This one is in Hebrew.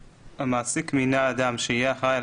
(1)המעסיק מינה אדם שיהיה אחראי על